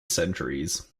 centuries